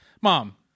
Mom